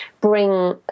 bring